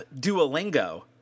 Duolingo